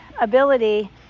ability